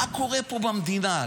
מה קורה פה במדינה.